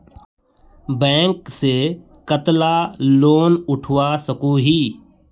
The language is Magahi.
बैंक से कतला लोन उठवा सकोही?